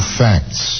facts